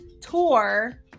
tour